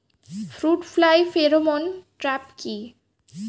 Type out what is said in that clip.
Fruit fly pheromone trap কি?